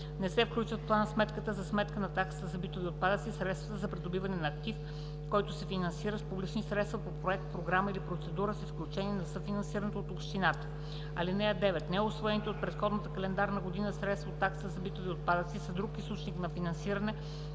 Не се включват в план-сметката за сметка на таксата за битови отпадъци средства за придобиване на актив, които се финансират с публични средства по проект, програма или процедура с изключение на съфинансирането от общината. (9) Неусвоените от предходната календарна година средства от таксата за битови отпадъци са друг източник за финансиране